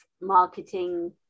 marketing